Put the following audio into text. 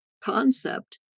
concept